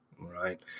right